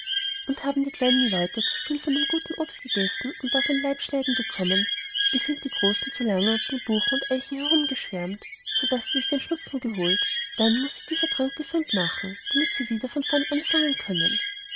und haben die kleinen leute zuviel von dem guten obst gegessen und davon leibschneiden bekommen und sind die großen zu lange unter den buchen und eichen herumgeschwärmt so daß sie sich den schnupfen geholt dann muß sie dieser trank gesund machen damit sie wieder von vorn anfangen können